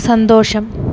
സന്തോഷം